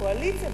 קואליציה,